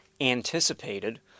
anticipated